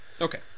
Okay